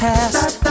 Past